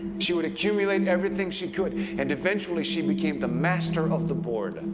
she would accumulate everything she could and eventually, she became the master of the board.